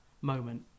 moment